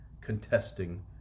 contesting